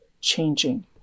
changing